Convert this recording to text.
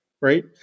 right